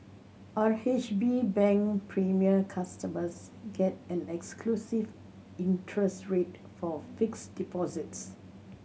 R H B Bank Premier customers get an exclusive interest rate for fixed deposits